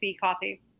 Coffee